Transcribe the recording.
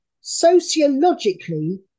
sociologically